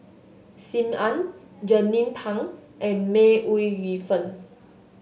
Sim Ann Jernnine Pang and May Ooi Yu Fen